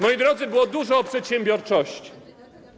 Moi drodzy, było dużo o przedsiębiorczości.